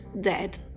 dead